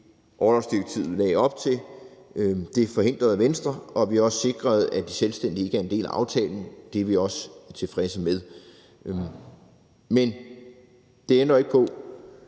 orlovsdirektivet lagde op til, forhindrede Venstre. Vi har også sikret, at de selvstændige ikke er en del af aftalen. Det er vi også tilfredse med. Men det ændrer jo ikke på,